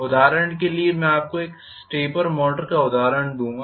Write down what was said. उदाहरण के लिए मैं आपको एक स्टेपर मोटर का उदाहरण दूंगा